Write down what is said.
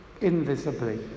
invisibly